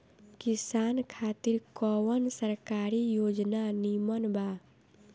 किसान खातिर कवन सरकारी योजना नीमन बा?